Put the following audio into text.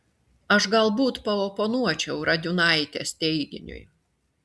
aš galbūt paoponuočiau radiunaitės teiginiui